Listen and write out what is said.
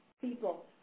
people